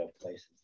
places